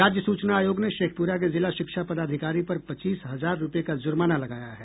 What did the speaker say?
राज्य सूचना आयोग ने शेखपुरा के जिला शिक्षा पदाधिकारी पर पच्चीस हजार रूपये का जुर्माना लगाया है